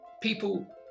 People